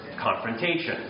confrontation